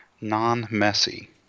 non-messy